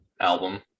album